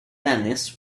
dennis